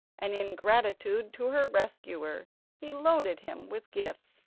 and in gratitude to her rescuer he loaded him with gifts.